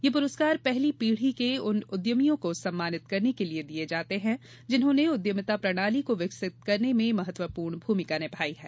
ये पुरस्कार पहली पीढ़ी के उन उद्यमियों को सम्मानित करने के लिए दिए जाते हैं जिन्होंने उद्यमिता प्रणाली को विकसित करने में महत्वपूर्ण भूमिका निभाई है